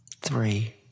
Three